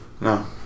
No